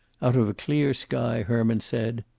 out of a clear sky herman said